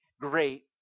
great